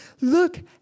look